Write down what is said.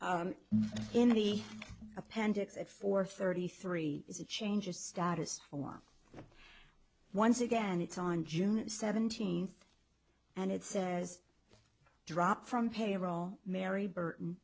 the appendix at four thirty three is a change of status for once again it's on june seventeenth and it says drop from payroll mary burton